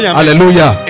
hallelujah